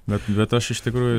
bet bet aš iš tikrųjų